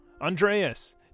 Andreas